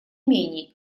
менее